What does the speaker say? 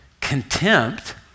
contempt